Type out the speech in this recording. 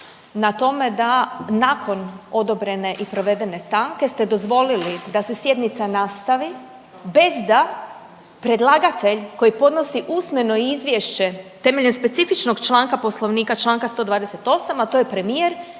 na tome da nakon odobrene i provedene stanke ste dozvolili da se sjednica nastavi bez da predlagatelj koji podnosi usmeno izvješće temeljem specifičnog članka poslovnika čl. 128., a to je premijer